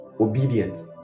obedient